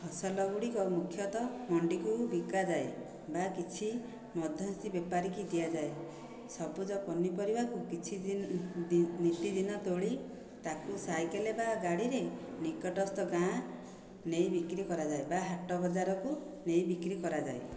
ଫସଲ ଗୁଡ଼ିକ ମୁଖ୍ୟତଃ ମଣ୍ଡିକୁ ବିକାଯାଏ ବା କିଛି ମଧ୍ୟସ୍ଥି ବେପାରିକି ଦିଆଯାଏ ସବୁଜ ପନିପରିବାକୁ କିଛି ଦିନ ନିତିଦିନ ତୋଳି ତାକୁ ସାଇକେଲ୍ ବା ଗାଡ଼ିରେ ନିକଟସ୍ଥ ଗାଁ ନେଇ ବିକ୍ରି କରାଯାଏ ବା ହାଟ ବଜାରକୁ ନେଇ ବିକ୍ରି କରାଯାଏ